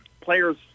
players